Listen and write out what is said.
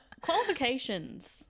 Qualifications